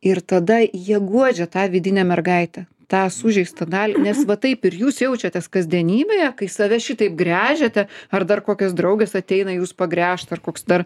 ir tada jie guodžia tą vidinę mergaitę tą sužeistą dalį nes va taip ir jūs jaučiatės kasdienybėje kai save šitaip gręžiate ar dar kokios draugės ateina jūs pagręžt ar koks dar